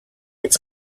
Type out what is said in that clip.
its